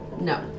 No